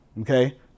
okay